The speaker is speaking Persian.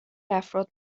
افراد